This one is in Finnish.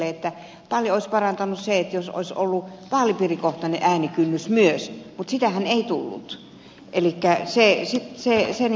paljon olisi parantanut se jos olisi ollut vaalipiirikohtainen äänikynnys myös mutta sitähän ei tullut elikkä se poistettiin